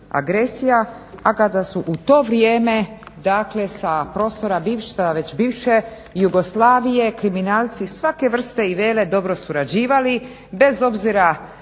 agresija a kada su u to vrijeme dakle sa prostora sad već bivše Jugoslavije kriminalci svake vrste i vele dobro surađivali bez obzira